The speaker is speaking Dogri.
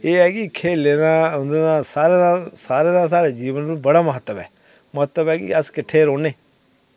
ते एह् ऐ कि खेल्लने दा सारें दा सारें दा साढ़े जीवन च बड़ा महत्व ऐ महत्व ऐ कि अस किट्टे रौह्न्ने